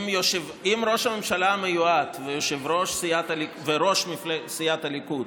אם ראש הממשלה המיועד וראש סיעת הליכוד,